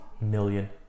million